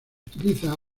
utiliza